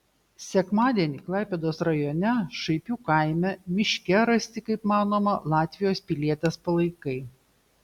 sekmadienį klaipėdos rajone šaipių kaime miške rasti kaip manoma latvijos pilietės palaikai